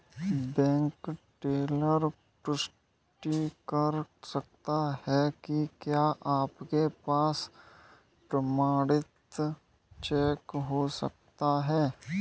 Bank teller पुष्टि कर सकता है कि क्या आपके पास प्रमाणित चेक हो सकता है?